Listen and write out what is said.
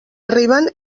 arriben